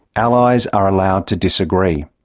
allies are allowed to disagree.